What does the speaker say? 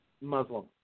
Muslim